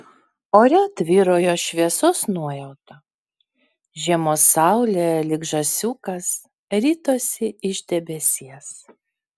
ore tvyrojo šviesos nuojauta žiemos saulė lyg žąsiukas ritosi iš debesies